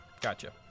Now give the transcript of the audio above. Gotcha